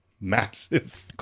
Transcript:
massive